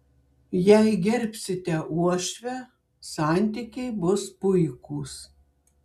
jei gerbsite uošvę santykiai bus puikūs